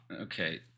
Okay